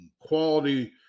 quality